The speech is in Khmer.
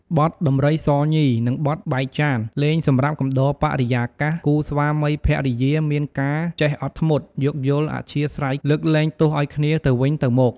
បទដំរីសញី និង បទបែកចាន លេងសម្រាប់កំដរបរិយាកាស គូសាម្វីភរិយាមានការចេះអត់ធ្មត់ យោគយល់អធ្យាស្រ័យ លើកលែងទោសឱ្យគ្នាទៅវិញទៅមក។